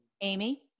Amy